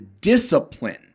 discipline